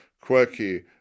quirky